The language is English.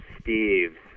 Steve